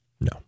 No